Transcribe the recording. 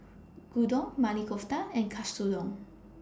Gyudon Maili Kofta and Katsudon